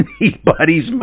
anybody's